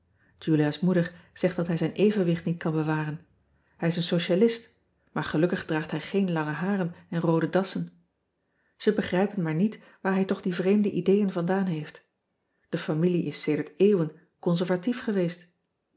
ulia s moeder zegt dat hij zijn evenwicht niet kan bewaren ij is een socialist maar gelukkig draagt hij geen lange haren en roode dassen e begrijpen maar niet waar hij toch die vreemde ideeën vandaan heeft e familie is sedert eeuwen conservatief geweest